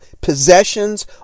possessions